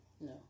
No